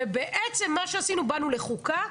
ובעצם מה שעשינו באנו לחוקה,